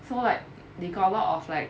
so like they got a lot of like